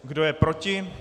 Kdo je proti?